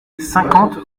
cinquante